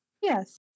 Yes